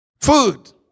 Food